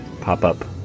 pop-up